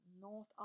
North